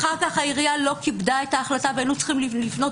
אחר כך העירייה לא כיבדה את ההחלטה והיינו צריכים לפנות